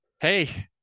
hey